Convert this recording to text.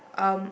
um